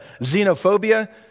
Xenophobia